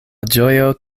ĝojo